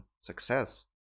success